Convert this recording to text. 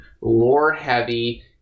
lore-heavy